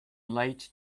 late